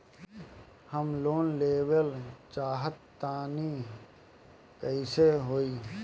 हम लोन लेवल चाह तानि कइसे होई?